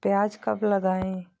प्याज कब लगाएँ?